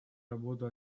работу